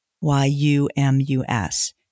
Y-U-M-U-S